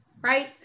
right